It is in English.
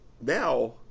now